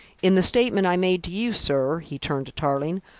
in the statement i made to you, sir, he turned to tarling,